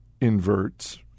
inverts –